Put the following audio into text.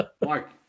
Mark